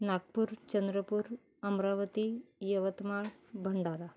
Nagpur Chandrapur Amravati Yavatmal Bhandara